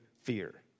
Fear